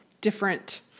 different